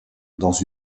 dans